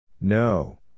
No